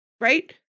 right